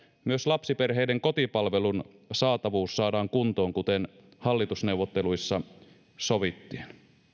myös lapsiperheiden kotipalvelun saatavuus saadaan kuntoon kuten hallitusneuvotteluissa sovittiin